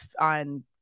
on